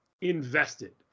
invested